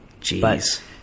Jeez